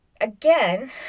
again